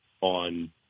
on